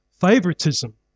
Favoritism